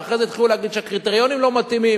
ואחרי זה התחילו להגיד שהקריטריונים לא מתאימים.